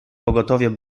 pogotowie